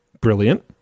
Brilliant